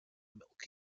milk